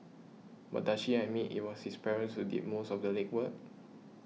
but does she admit it was his parents who did most of the legwork